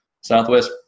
southwest